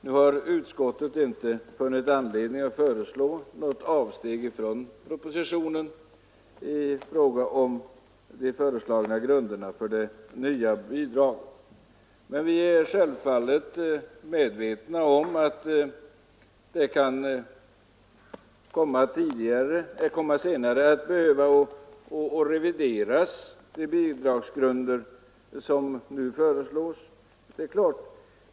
Nu har utskottet inte funnit anledning att föreslå något avsteg från propositionen i fråga om grunderna för det nya bidraget. Men vi är självfallet medvetna om att de bidragsgrunder som föreslås kan komma att behöva revideras senare.